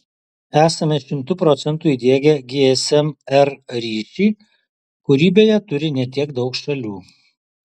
esame šimtu procentų įdiegę gsm r ryšį kurį beje turi ne tiek daug šalių